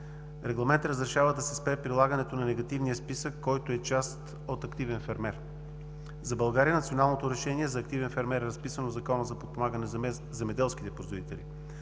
Регламентът разрешава да се спре прилагането на негативния списък, който е част от активен фермер. За България националното решение за активен фермер е разписано в Закона за подпомагане на земеделските производители